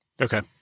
Okay